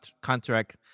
contract